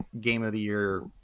game-of-the-year